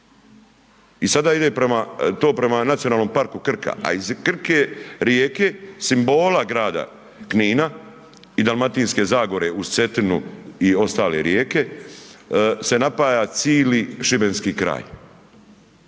i sada ide to prema NP Krka a iz Krke rijeke, simbola grada Knina i Dalmatinske zagore uz Cetinu i ostale rijeke se napaja cijeli šibenski kraj.